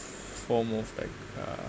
form of like uh